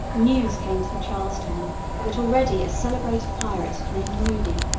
news came to charles town that already a celebrated pirate, named moody,